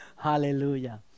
Hallelujah